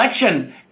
election